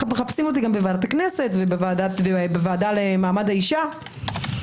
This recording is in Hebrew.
מחפשים אותי בוועדת הכנסת ובוועדה למעמד האשה.